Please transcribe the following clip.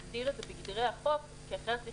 אנחנו צריכים להסדיר את זה בגדרי החוק כי אחרת נצטרך